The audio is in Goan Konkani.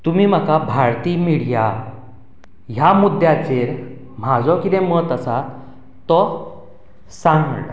तुमी म्हाका भारतीय मिडिया ह्या मुद्याचेर म्हजें कितें मत आसा तें सांग म्हणलां